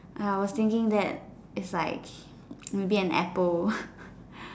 uh I was thinking that it's like maybe an apple